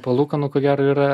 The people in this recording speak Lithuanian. palūkanų ko gero yra